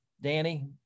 Danny